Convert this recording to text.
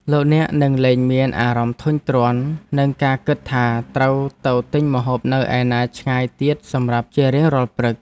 លោកអ្នកនឹងលែងមានអារម្មណ៍ធុញទ្រាន់នឹងការគិតថាត្រូវទៅទិញម្ហូបនៅឯណាឆ្ងាយទៀតសម្រាប់ជារៀងរាល់ព្រឹក។